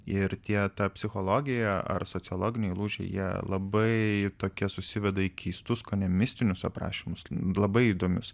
ir tie ta psichologija ar sociologiniai lūžiai jie labai tokie susiveda į keistus kone mistinius aprašymus labai įdomius